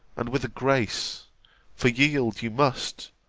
and with a grace for yield you must,